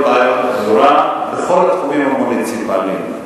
בעיות הפזורה בכל התחומים המוניציפליים,